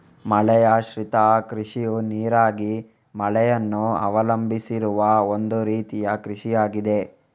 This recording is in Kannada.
ಮಳೆಯಾಶ್ರಿತ ಕೃಷಿಯು ನೀರಿಗಾಗಿ ಮಳೆಯನ್ನು ಅವಲಂಬಿಸಿರುವ ಒಂದು ರೀತಿಯ ಕೃಷಿಯಾಗಿದೆ